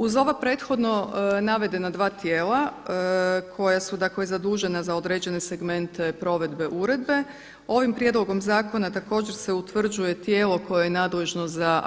Uz ova prethodno navedena dva tijela koja su dakle zadužena za određene segmente provedbe uredbe ovim prijedlogom zakona također se utvrđuje tijelo koje je nadležno za